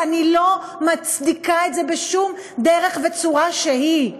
ואני לא מצדיקה את זה בשום דרך וצורה שהיא,